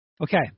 okay